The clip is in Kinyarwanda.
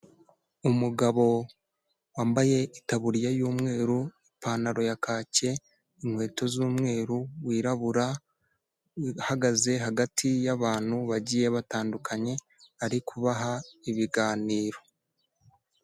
Umugabo wambaye itaburiya y'umweru, ipantaro ya kake, inkweto z'umweru, wirabura, uhagaze hagati y'abantu bagiye batandukanye arikubaha ibiganiro.